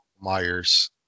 Myers